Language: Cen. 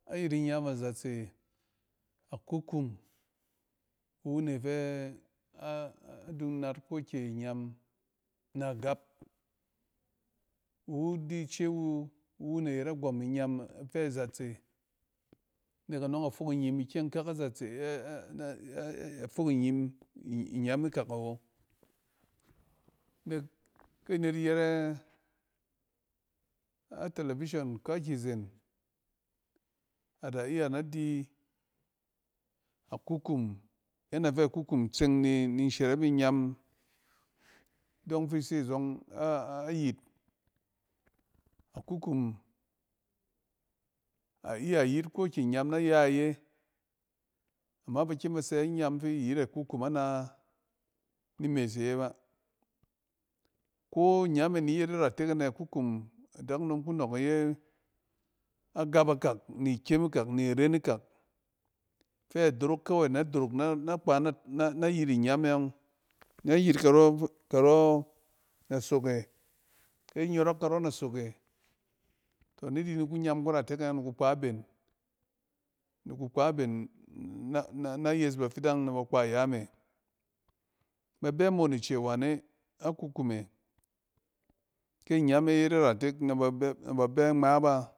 Ayit inyam azatse, a kukum, iwu ne fɛ a-adung nat kokyɛ nyam na gap. Iwu di ice wu iwu ne ayet agwɔɛm inyam ifɛ zatse. Nek anɔɛng a fok inyim ikyɛng kak na zatse fɛ-ɛ-nɛ afok nnyim inyam ikak awo. Nek kea net yɛrɛ a tɛlɛvistion kakizen ada iya na di akukum yanda fɛ kukum tseng ni-ni shɛrɛp inyam dɔng fi ise zɔng ayit. A kukum aiya yit kokyɛ inyam nay a iye. Ama ba kyem ba sɛ inyam fi iyit akukum ana ni imees iye ba. Ko inyam e ni yet iratek anɛ akukum adakunom ku nɔɔk iyɛ agap akak, ni kyem ikak, niren ikak fɛ dorok kawey na dorok na kpa nan a yit inyam e ɔng, nɛ yit karɔ nasok e, kyɛ a nyɔrɔk karɔ nasoke, tɔ ni di ni kun yam kuratek e ɔng ni ku kpa ben, ni ku kpa ben na-na na yes bafidang na ba kpa ya me. Ba bɛ moon ice wane, akukume ke inyam e yet iratek na ba bɛna ba bɛ ngma ba.